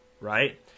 right